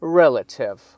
relative